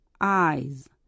eyes